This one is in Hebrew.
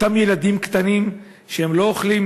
אותם ילדים קטנים שלא אוכלים